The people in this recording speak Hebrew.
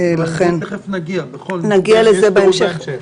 נגיע לזה בהמשך.